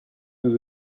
nous